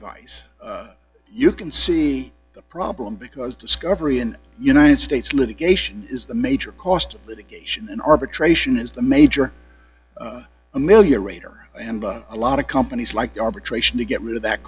vice you can see the problem because discovery in united states litigation is the major cost of litigation and arbitration is the major a one million rater and a lot of companies like arbitration to get rid of that